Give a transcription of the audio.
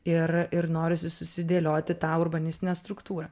ir ir norisi susidėlioti tą urbanistinę struktūrą